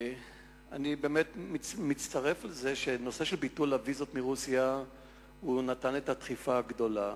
גם אני חושב שביטול הוויזות מרוסיה נתן את הדחיפה הגדולה,